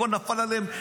הכול נפל עליהם,